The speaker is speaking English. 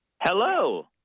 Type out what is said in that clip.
Hello